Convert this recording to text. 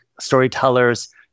storytellers